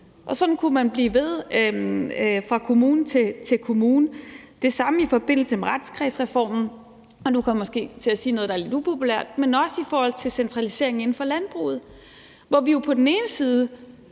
sådan kunne man blive ved fra kommune til kommune. Det samme gælder i forbindelse med retskredsreformen, og nu kommer jeg måske til at sige noget, der er lidt upopulært, men det gælder også i forhold til centralisering inden for landbruget, hvor vi jo på den ene side